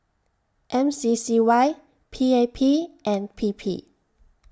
M C C Y P A P and P P